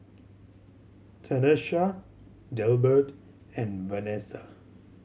Tanesha Delbert and Vanessa